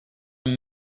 them